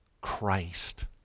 christ